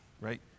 right